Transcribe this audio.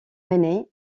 rainer